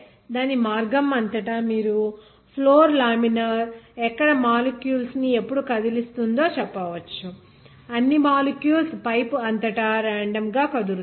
దాని మార్గం అంతటా మీరు ఫ్లోర్ లామినార్ ఎక్కడ మాలిక్యూల్స్ ని ఎప్పుడు కదిలిస్తుందో చెప్పవచ్చు అన్ని మాలిక్యూల్స్ పైపు అంతటా రాండమ్ గా కదులుతాయి